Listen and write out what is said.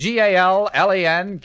Gallen